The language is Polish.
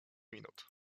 minut